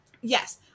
Yes